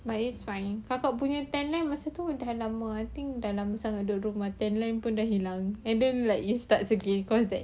but it's fine kakak punya tan line masa tu dah lama I think dalam masa dua bulan tan line tu hilang and then like it starts again because that